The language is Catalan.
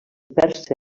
persa